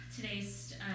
today's